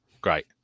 great